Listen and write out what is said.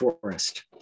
forest